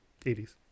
80s